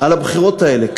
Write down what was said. על הבחירות האלה.